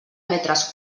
metres